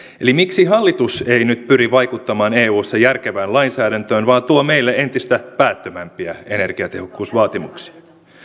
eli miksi hallitus ei nyt pyri vaikuttamaan eussa järkevään lainsäädäntöön vaan tuo meille entistä päättömämpiä energiatehokkuusvaatimuksia